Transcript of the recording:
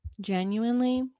Genuinely